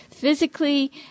Physically